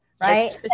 right